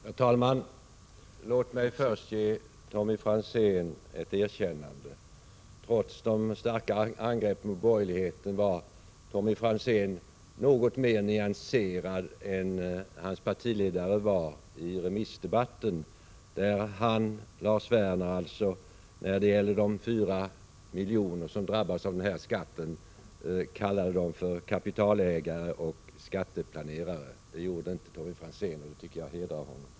Herr talman! Låt mig först ge Tommy Franzén ett erkännande. Trots de starka angreppen på borgerligheten var han något mer nyanserad än hans partiledare var i remissdebatten. Lars Werner kallade då de fyra miljoner människor som drabbas av den här skatten för kapitalägare och skatteplanerare. Det gjorde inte Tommy Franzén, och det hedrar honom.